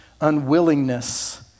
unwillingness